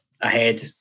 ahead